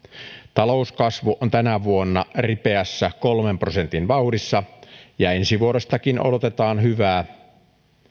talouskasvu on tänä vuonna ripeässä kolmen prosentin vauhdissa ja ensi vuodestakin odotetaan hyvää